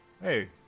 hey